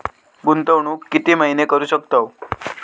गुंतवणूक किती महिने करू शकतव?